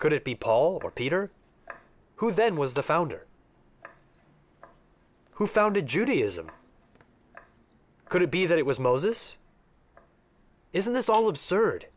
could it be paul or peter who then was the founder who founded judaism could it be that it was moses isn't this all absurd